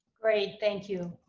great, thank you